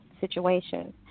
situations